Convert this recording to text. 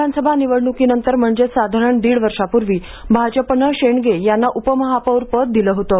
विधानसभा निवडणुकीनंतर म्हणजेच साधारण दीड वर्षांपूर्वी भाजपानं शेंडगे यांना उपमहापौरपद दिलं होतं